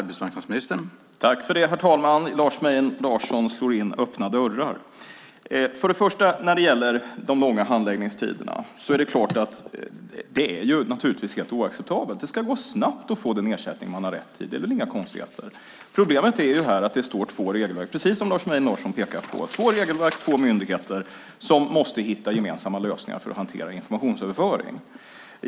Herr talman! Lars Mejern Larsson slår in öppna dörrar. För det första är det naturligtvis helt oacceptabelt med de långa handläggningstiderna. Det ska gå snabbt att få den ersättning man har rätt till. Det är väl inga konstigheter. Problemet är här att det - precis som Lars Mejern Larsson pekar på - är två regelverk och två myndigheter som måste hitta gemensamma lösningar för att hantera informationsöverföring.